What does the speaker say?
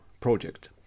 project